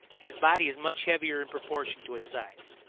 his body is much heavier in proportion to his size.